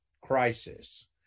crisis